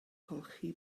golchi